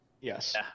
Yes